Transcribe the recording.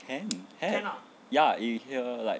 can can ya it will hear like